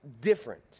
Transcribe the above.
different